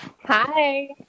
Hi